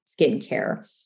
skincare